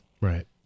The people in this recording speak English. Right